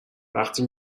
وقتی